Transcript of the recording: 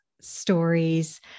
stories